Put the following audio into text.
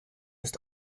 ist